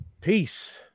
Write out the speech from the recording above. Peace